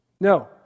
No